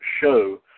show